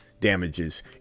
damages